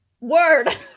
Word